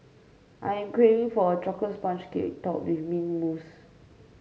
I am craving for a chocolate sponge cake topped with mint mousse